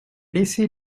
laissé